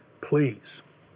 Please